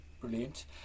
Brilliant